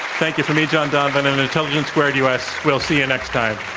thank you from me, john donvan, and intelligence squared u. s. we'll see you next time